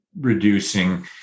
reducing